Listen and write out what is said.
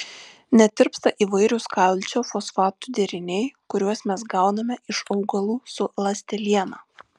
netirpsta įvairūs kalcio fosfatų deriniai kuriuos mes gauname iš augalų su ląsteliena